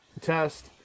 test